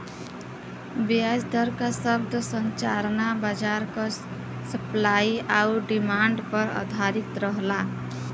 ब्याज दर क शब्द संरचना बाजार क सप्लाई आउर डिमांड पर आधारित रहला